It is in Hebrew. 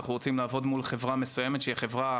ואנחנו רוצים לעבוד מול חברה מסוימת שהיא החברה